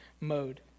mode